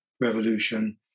revolution